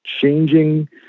changing